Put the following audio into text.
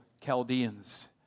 Chaldeans